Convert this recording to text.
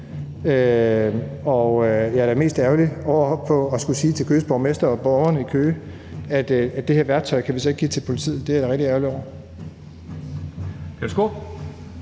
jeg er da mest ærgerlig over at skulle sige til Køges borgmester og borgerne i Køge, at vi så ikke kan give det her værktøj til politiet. Det er jeg da rigtig ærgerlig over.